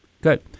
Good